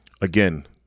Again